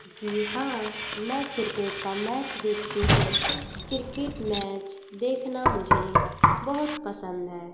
जी हाँ मै क्रिकेट का मैच देखती हूँ क्रिकेट मैच देखना मुझे बहुत पसंद है